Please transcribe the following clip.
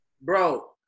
Bro